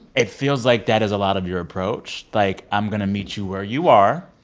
it feels like that is a lot of your approach. like, i'm going to meet you where you are.